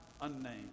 unnamed